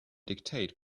dictate